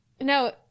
No